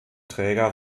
träger